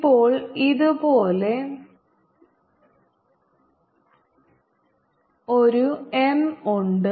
ഇപ്പോൾ ഇതുപോലുള്ള ഒരു എം ഉണ്ട്